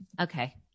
Okay